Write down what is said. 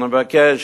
אני מבקש,